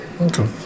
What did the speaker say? Okay